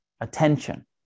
attention